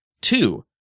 Two